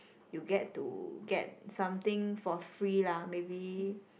you get to get something for free lah maybe